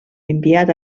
enviat